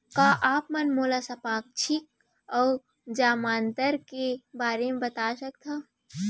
का आप मन मोला संपार्श्र्विक अऊ जमानत के बारे म बता सकथव?